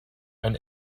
ein